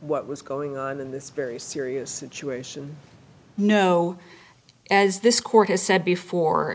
what was going on in this very serious situation no as this court has said before